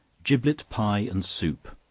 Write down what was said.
giblet pie and soup.